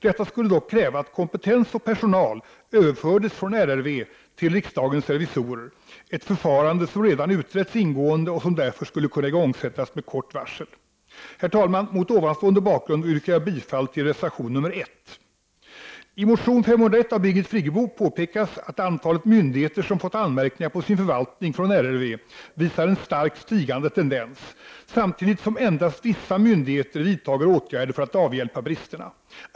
Detta skulle dock kräva att kompetens och personal överfördes från RRV till riksdagens revisorer — ett förfarande som redan utretts ingående och som därför skulle kunna igångsättas med kort varsel. Herr talman! Med hänvisning till det anförda yrkar jag bifall till reservation nr 1. I motion K501 av Birgit Friggebo påpekas att antalet myndigheter som fått anmärkningar på sin förvaltning från RRV visar en starkt stigande tendens, samtidigt som endast vissa myndigheter vidtager åtgärder för att avhjälpa bristerna.